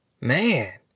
Man